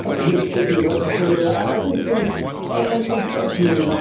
ah the mississippi legislature. i just think and and trust me,